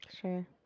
Sure